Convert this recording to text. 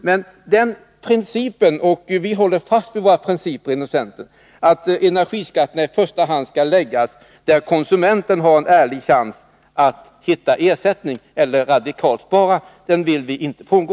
Men den principen — och vi håller fast vid våra principer inom centern — att energiskatterna i första hand skall läggas där konsumenten har en ärlig chans att hitta alternativ eller att radikalt spara, vill vi inte frångå.